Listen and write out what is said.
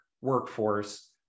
workforce